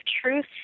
truth